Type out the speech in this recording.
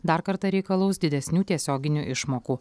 dar kartą reikalaus didesnių tiesioginių išmokų